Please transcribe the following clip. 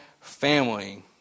family